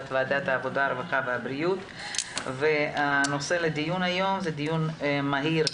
סדר-היום: דיון מהיר בנושא: